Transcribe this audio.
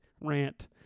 rant